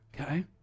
okay